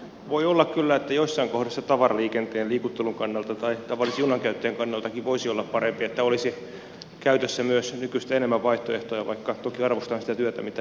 voi olla kyllä että joissain kohdissa tavaraliikenteen liikuttelun kannalta tai tavallisen junankäyttäjänkin kannalta voisi olla parempi että olisi käytössä myös nykyistä enemmän vaihtoehtoja vaikka toki arvostan sitä työtä mitä vrssä tehdään